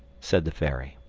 said the fairy.